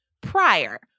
prior